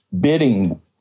bidding